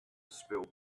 spilled